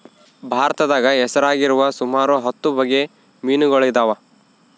ಭಾರತದಾಗ ಹೆಸರಾಗಿರುವ ಸುಮಾರು ಹತ್ತು ಬಗೆ ಮೀನುಗಳಿದವ